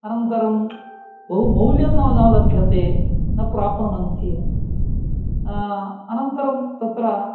अनन्तरं बहुमौल्यं न लभ्यते न प्राप्नवन्ति अनन्तरं तत्र